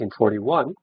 1941